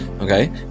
Okay